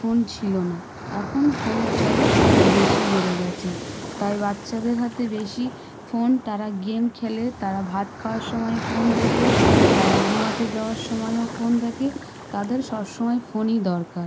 phone ছিল না এখন ফোনের চল বেশি বেড়ে গিয়েছে তাই বাচ্চাদের হাতে বেশি ফোন তারা গেম খেলে তারা ভাত খাওয়ার সময় ফোন দেখে তারা ঘুমাতে যাওয়ার সময়ও ফোন দেখে তাদের সব সময় ফোনই দরকার